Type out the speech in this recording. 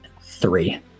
Three